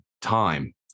time